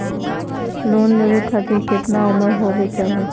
Loan लेवे खातिर केतना उम्र होवे चाही?